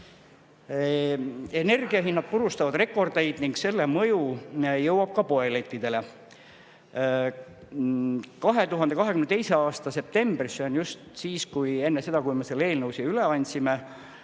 Energiahinnad purustavad rekordeid ning nende mõju jõuab poelettidele. 2022. aasta septembris – enne seda, kui me selle eelnõu üle andsime